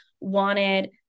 wanted